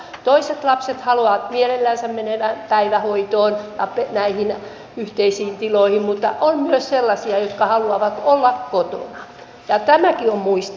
toiset lapset haluavat mielellänsä mennä päivähoitoon ja näihin yhteisiin tiloihin mutta on myös sellaisia jotka haluavat olla kotona ja tämäkin on muistettava